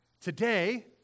today